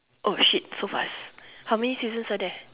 shit so fast how many seasons are there